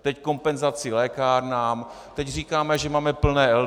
Teď kompenzace lékárnám, teď říkáme, že máme plné LDN.